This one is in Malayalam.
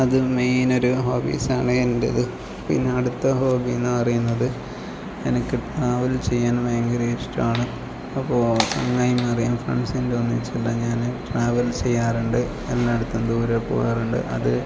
അതും മെയിൻ ഒരു ഹോബീസ് ആണ് എന്റേത് പിന്നെ അടുത്ത ഹോബി എന്ന് പറയുന്നത് എനിക്ക് ട്രാവൽ ചെയ്യാൻ ഭയങ്കര ഇഷ്ടമാണ് അപ്പോൾ ഫ്രണ്ട്സിൻ്റെ ഒന്നിച്ചെല്ലാം ഞാൻ ട്രാവൽ ചെയ്യാറുണ്ട് എല്ലായിടത്തും ദൂരെ പോകാറുണ്ട് അത്